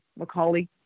McCauley